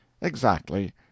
Exactly